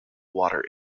water